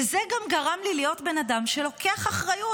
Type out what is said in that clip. וזה גם גרם לי להיות בן אדם שלוקח אחריות,